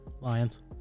Lions